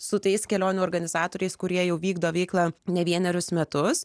su tais kelionių organizatoriais kurie jau vykdo veiklą ne vienerius metus